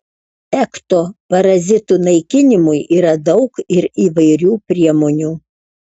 ekto parazitų naikinimui yra daug ir įvairių priemonių